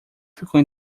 ficou